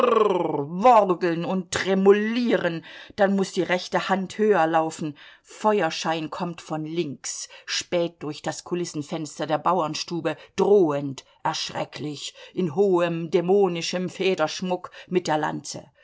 und tremolieren dann muß die rechte hand höherlaufen feuerschein kommt von links späht durch das kulissenfenster der bauernstube drohend erschrecklich in hohem dämonischem federnschmuck mit der lanze